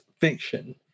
fiction